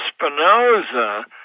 Spinoza